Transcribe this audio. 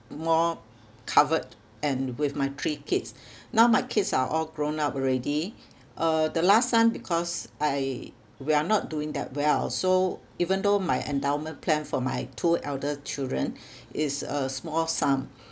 more covered and with my three kids now my kids are all grown up already uh the last son because I we are not doing that well so even though my endowment plan for my two elder children is a small sum